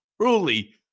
truly